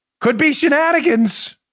could-be-shenanigans